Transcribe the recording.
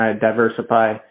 diversify